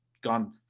gone